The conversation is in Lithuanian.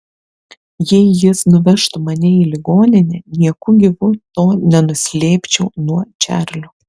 jei jis nuvežtų mane į ligoninę nieku gyvu to nenuslėpčiau nuo čarlio